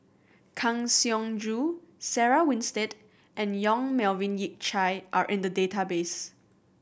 Kang Siong Joo Sarah Winstedt and Yong Melvin Yik Chye are in the database